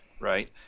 right